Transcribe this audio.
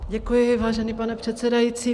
Děkuji, vážený pane předsedající.